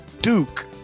duke